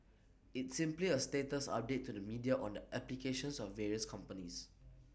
it's simply A status update to the media on the applications of various companies